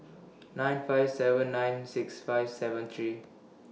nine five seven nine six five seven three